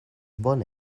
bona